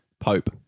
Pope